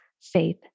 faith